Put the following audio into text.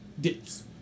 Dips